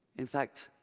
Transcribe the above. in fact,